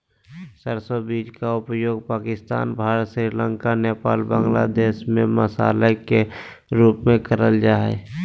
सरसो बीज के उपयोग पाकिस्तान, भारत, श्रीलंका, नेपाल, बांग्लादेश में मसाला के रूप में करल जा हई